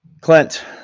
Clint